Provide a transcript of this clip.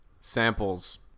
samples